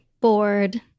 Bored